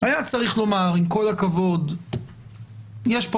היה צריך לומר שעם כל הכבוד יש כאן